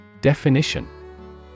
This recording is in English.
Definition